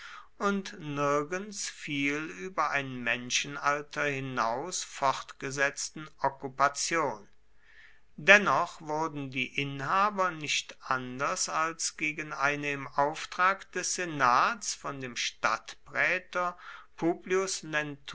und nirgends viel über ein menschenalter hinaus fortgesetzten okkupation dennoch wurden die inhaber nicht anders als gegen eine im auftrag des senats von dem